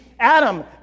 Adam